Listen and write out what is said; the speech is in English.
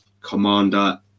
Commander